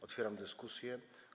Otwieram dyskusję.